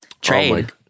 trade